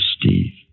Steve